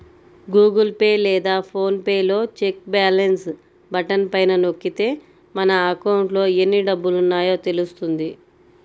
Google Pay లేదా PhonePe లో check balance button పైన నొక్కితే మన అకౌంట్లో ఎన్ని డబ్బులున్నాయో తెలుస్తుంది